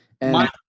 and-